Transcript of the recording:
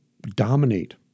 dominate